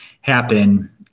happen